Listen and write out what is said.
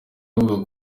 bavuga